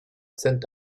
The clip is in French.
sainte